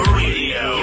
radio